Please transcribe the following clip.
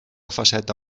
faceta